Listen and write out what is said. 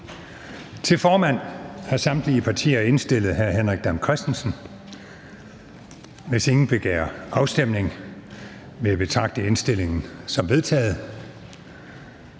Til formand har samtlige partier indstillet hr. Henrik Dam Kristensen. Hvis ingen begærer afstemning, vil jeg betragte indstillingen som vedtaget.